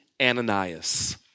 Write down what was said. Ananias